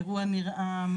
אירוע ניר עם,